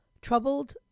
troubled